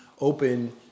Open